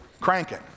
cranking